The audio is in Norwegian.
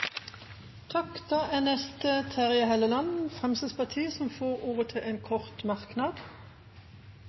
får ordet til en kort merknad,